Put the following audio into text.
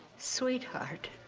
sweetheart.